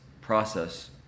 process